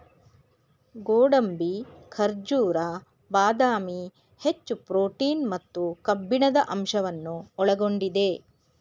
ಗೋಡಂಬಿ, ಖಜೂರ, ಬಾದಾಮಿ, ಹೆಚ್ಚು ಪ್ರೋಟೀನ್ ಮತ್ತು ಕಬ್ಬಿಣದ ಅಂಶವನ್ನು ಒಳಗೊಂಡಿದೆ